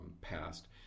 passed